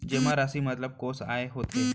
जेमा राशि मतलब कोस आय होथे?